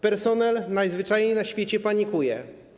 Personel najzwyczajniej na świecie panikuje.